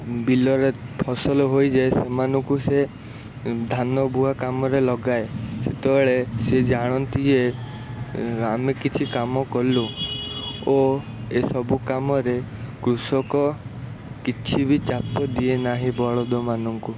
ବିଲରେ ଫସଲ ହୋଇଯାଏ ସେମାନଙ୍କୁ ସେ ଧାନ ବୁହା କାମରେ ଲଗାଏ ସେତେବେଳେ ସିଏ ଜାଣନ୍ତି ଯେ ଆମେ କିଛି କାମ କଲୁ ଓ ଏସବୁ କାମରେ କୃଷକ କିଛି ବି ଚାପ ଦିଏ ନାହିଁ ବଳଦ ମାନଙ୍କୁ